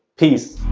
peace.